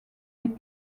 des